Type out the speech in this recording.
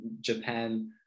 Japan